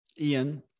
Ian